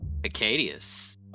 Acadius